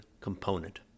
component